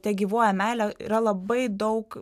tegyvuoja meilė yra labai daug